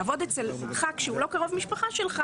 לעבוד אצל חה"כ שהוא לא קרוב משפחה שלך